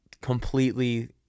completely